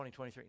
2023